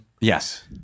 Yes